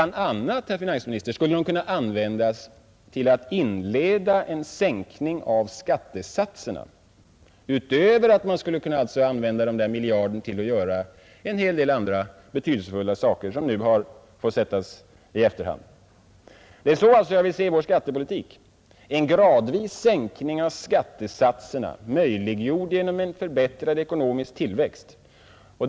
a. skulle denna miljard, herr finansminister, kunna användas till att inleda en sänkning av skattesatserna liksom till en hel del andra betydelsefulla saker, som nu får sättas i efterhand. Det är så jag vill se skattepolitiken: en gradvis sänkning av skattesatserna, möjliggjord genom en förbättrad ekonomisk tillväxt.